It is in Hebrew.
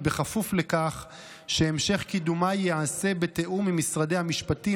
כפוף לכך שהמשך קידומה ייעשה בתיאום עם משרדי המשפטים,